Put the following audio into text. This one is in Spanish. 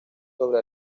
sobre